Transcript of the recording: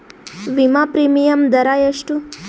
ವಿಮಾ ಪ್ರೀಮಿಯಮ್ ದರಾ ಎಷ್ಟು?